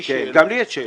גם לי יש שאלות.